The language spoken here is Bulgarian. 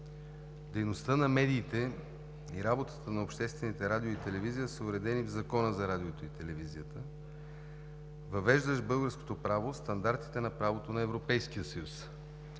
Дейността на медиите и работата на обществените радио и телевизия са уредени в Закона за радиото и телевизията, въвеждащ в българското право стандартите на правото на Европейския съюз